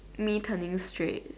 me turning straight